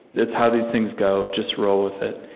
it's how these things go. just roll with it.